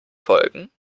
folgen